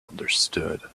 understood